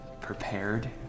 prepared